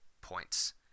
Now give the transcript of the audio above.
points